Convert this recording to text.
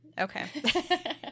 okay